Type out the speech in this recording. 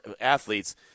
athletes